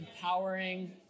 empowering